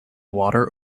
water